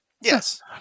Yes